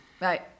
Right